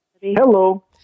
Hello